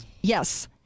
Yes